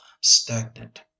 stagnant